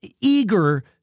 eager